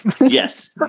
yes